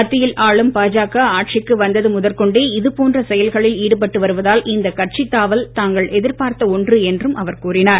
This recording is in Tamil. மத்தியில் ஆளும் பாஜக ஆட்சிக்கு வந்தது முதற்கொண்டே இதுபோன்ற செயல்களில் ஈடுபட்டு வருவதால் இந்த கட்சி தாவல் தாங்கள் எதிர்பார்த்த ஒன்று என்றும் அவர் கூறினார்